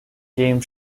game